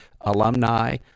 alumni